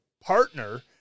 partner